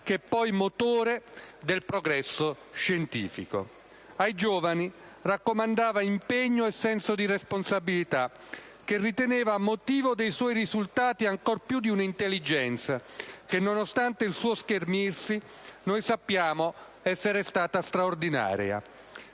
che è poi motore del progresso scientifico. Ai giovani raccomandava impegno e senso di responsabilità, che riteneva motivo dei suoi risultati ancor più dell'intelligenza che, nonostante il suo schermirsi, noi sappiamo essere stata straordinaria.